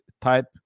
Type